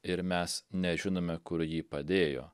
ir mes nežinome kur jį padėjo